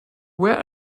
were